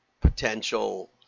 potential